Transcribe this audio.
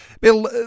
Bill